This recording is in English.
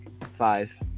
five